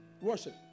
worship